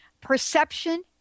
perception